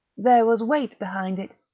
there was weight behind it,